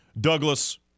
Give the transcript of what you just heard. Douglas